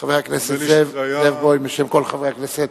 חבר הכנסת זאב בוים, בשם כל חברי הכנסת,